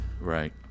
right